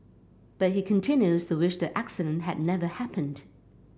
but he continues to wish the accident had never happened